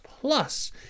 Plus